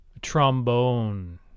trombone